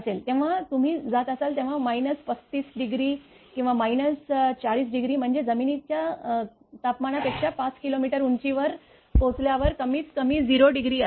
जेव्हा तुम्ही जात असता तेव्हा 35° किंवा 40° म्हणजे जमिनीच्या तापमाना पेक्षा 5 किलोमीटर उंचीवर पोहोचल्यावर कमीत कमी 0 डिग्री असेल